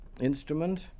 instrument